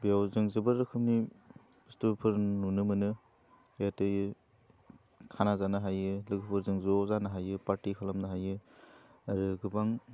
बेयाव जों जोबोर रोखोमनि बस्थुफोर नुनो मोनो जाहाथे खाना जानो हायो लोगोफोरजों जों ज' जानो हायो पार्टी खालामनो हायो आरो गोबां